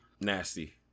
Nasty